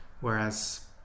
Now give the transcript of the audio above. whereas